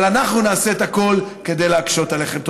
אבל אנחנו נעשה את הכול כדי להקשות עליכם.